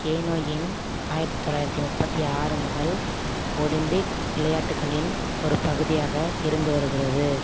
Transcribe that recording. canoeing ஆயிரத்து தொளாயிரத்து முப்பத்தி ஆறு முதல் ஒலிம்பிக் விளையாட்டுகளின் ஒரு பகுதியாக இருந்து வருகிறது